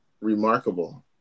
remarkable